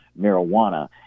marijuana